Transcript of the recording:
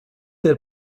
der